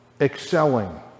excelling